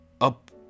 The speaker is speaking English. up